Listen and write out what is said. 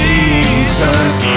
Jesus